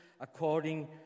according